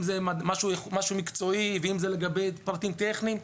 אם זה משהו מקצועי ואם זה לגבי פרטים טכניים,